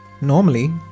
Normally